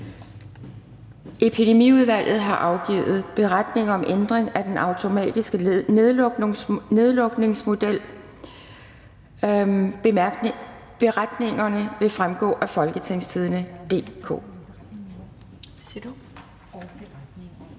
Epidemiudvalget har afgivet: Beretning om ændring af den automatiske nedlukningsmodel. (Beretning nr. 29). Beretning